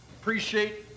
appreciate